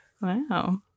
Wow